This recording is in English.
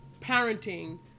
parenting